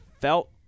felt